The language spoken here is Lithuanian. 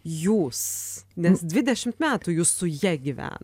jūs nes dvidešimt metų jūs su ja gyvenat